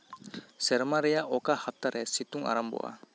ᱥᱮᱨᱢᱟ ᱨᱮᱭᱟᱜ ᱚᱠᱟ ᱦᱟᱯᱛᱟ ᱨᱮ ᱥᱤᱛᱩᱝ ᱟᱨᱟᱢᱵᱷᱚᱜᱼᱟ